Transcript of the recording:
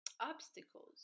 Obstacles